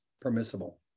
permissible